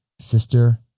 Sister